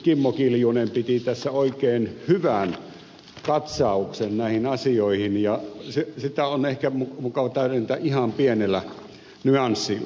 kimmo kiljunen piti tässä oikein hyvän katsauksen näihin asioihin ja sitä on ehkä mukava täydentää ihan pienellä nyanssilla